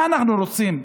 מה אנחנו רוצים?